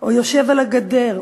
או "יושב על הגדר",